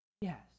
Yes